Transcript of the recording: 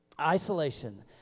Isolation